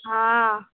हँ